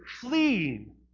fleeing